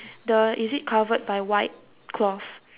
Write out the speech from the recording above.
the is it covered by white cloth